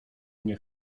nie